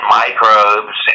microbes